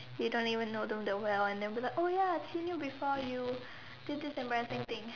you don't even know them that well and they'll be like oh ya I've seen you before you did this embarrassing thing